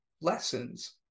lessons